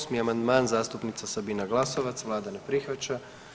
8. amandman zastupnica Sabina Glasovac, Vlada ne prihvaća.